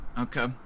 Okay